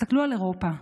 תסתכלו על אירופה,